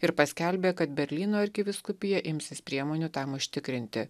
ir paskelbė kad berlyno arkivyskupija imsis priemonių tam užtikrinti